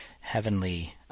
heavenly